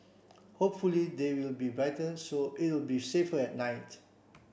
hopefully they will be brighter so it'll be safer at night